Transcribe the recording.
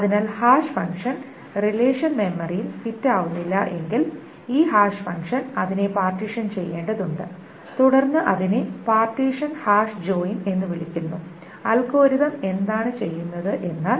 അതിനാൽ hash function relation മെമ്മറിയിൽ fit ആവുന്നില്ലെങ്കിൽ ഈ ഹാഷ് ഫംഗ്ഷൻ അതിനെ പാർട്ടീഷൻ ചെയ്യേണ്ടതുണ്ട് തുടർന്ന് അതിനെ പാർട്ടീഷൻ ഹാഷ് ജോയിൻ എന്ന് വിളിക്കുന്നു അൽഗോരിതം എന്താണ് ചെയ്യുന്നത് എന്നാൽ